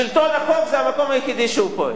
שלטון החוק, זה היחידי שפועל.